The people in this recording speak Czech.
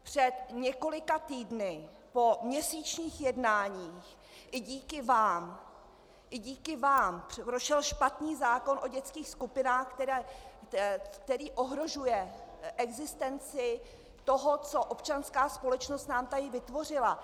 Před několika týdny po měsíčních jednáních i díky vám i díky vám prošel špatný zákon o dětských skupinách, který ohrožuje existenci toho, co občanská společnost nám tady vytvořila.